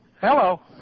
Hello